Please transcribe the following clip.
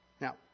Now